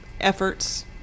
efforts